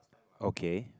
okay